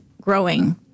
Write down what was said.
growing